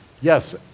Yes